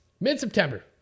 Mid-September